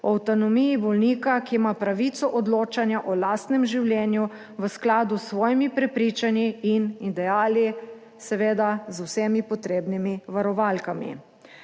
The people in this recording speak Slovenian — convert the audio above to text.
O avtonomiji bolnika, ki ima pravico odločanja o lastnem življenju v skladu s svojimi prepričanji in ideali seveda z vsemi potrebnimi varovalkami.